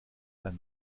sein